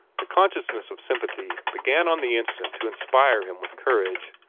the consciousness of sympathy began on the instant to inspire him with courage.